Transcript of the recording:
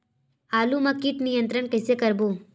आलू मा कीट नियंत्रण कइसे करबो?